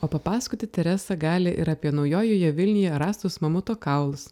o papasakoti teresa gali ir apie naujojoje vilnioje rastus mamuto kaulus